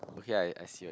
okay I I see